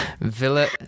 Villa